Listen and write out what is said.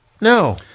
No